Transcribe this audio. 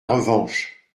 revanche